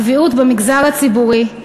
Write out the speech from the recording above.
הקביעות במגזר הציבורי,